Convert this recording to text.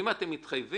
אם אתם מתחייבים,